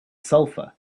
sulfur